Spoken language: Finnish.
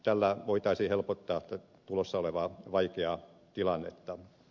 tällä voitaisiin helpottaa tulossa olevaa vaikeaa tilannetta